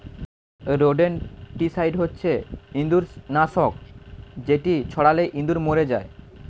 rodenticide হচ্ছে ইঁদুর নাশক যেটি ছড়ালে ইঁদুর মরে যায়